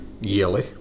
yearly